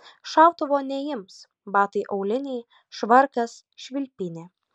šautuvo neims batai auliniai švarkas švilpynė